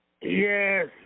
Yes